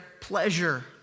pleasure